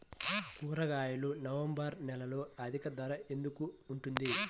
కూరగాయలు నవంబర్ నెలలో అధిక ధర ఎందుకు ఉంటుంది?